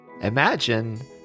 Imagine